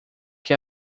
que